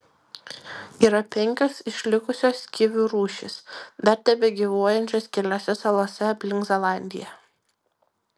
yra penkios išlikusios kivių rūšys dar tebegyvuojančios keliose salose aplink zelandiją